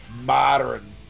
modern